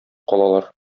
калалар